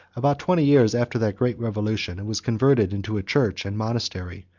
about twenty years after that great revolution, it was converted into a church and monastery,